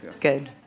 good